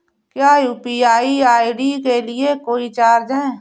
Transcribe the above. क्या UPI ID के लिए कोई चार्ज है?